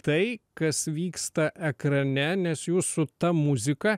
tai kas vyksta ekrane nes jūs su ta muzika